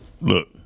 Look